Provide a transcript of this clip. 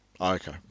Okay